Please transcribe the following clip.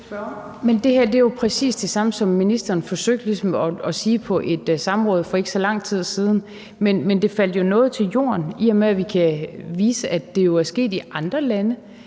Men det her er jo præcis det samme som det, ministeren forsøgte at sige på et samråd for ikke så lang tid siden. Men det faldt jo noget til jorden, i og med at vi kan vise, at det jo er sket i andre lande.